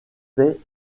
fait